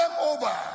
over